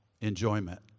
enjoyment